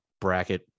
bracket